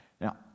Now